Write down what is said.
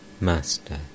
Master